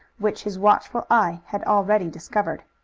which his watchful eye had already discovered.